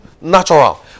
natural